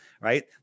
right